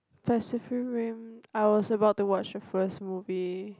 Pacific Rim I was about to watch the first movie